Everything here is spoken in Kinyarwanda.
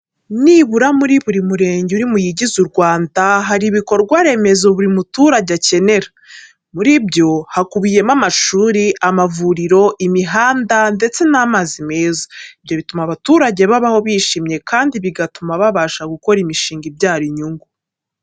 Nibura muri buri murenge uri muyigize u Rwanda, hari ibikorwa remezo buri muturage akenera. Muri byo hakubiyemo: amashuri, amavuriro, imihanda ndetse n'amazi meza. Ibyo bituma abaturage babaho bishimye kandi bigatuma babasha gukora imishinga ibyara inyungu.